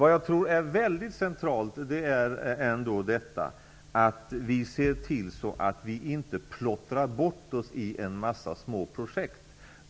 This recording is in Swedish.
Det är mycket centralt att vi ser till att vi inte plottrar bort oss i en massa små projekt.